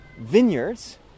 vineyards